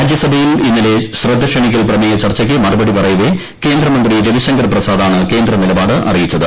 രാജ്യസഭയിൽ ഇന്നലെ ശ്രദ്ധക്ഷണിക്കൽ പ്രമേയ ചർച്ചയ്ക്ക് മറുപടി പറയവെ കേന്ദ്രമന്ത്രി രവിശങ്കർ പ്രസാദാണ് കേന്ദ്രനിലപാട് അറിയിച്ചത്